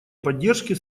поддержки